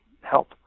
help